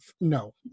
no